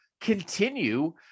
continue